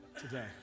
today